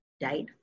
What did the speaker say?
died